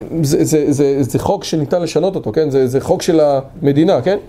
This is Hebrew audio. זה חוק שניתן לשנות אותו, כן? זה חוק של המדינה, כן?